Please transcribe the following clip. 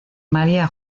maría